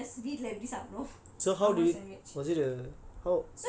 just வீட்ல எப்டி சாப்பிடுவோம்:veetala eppadi saapiduvom normal sandwich